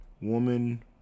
woman